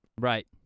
Right